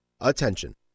Attention